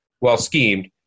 well-schemed